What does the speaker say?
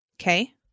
okay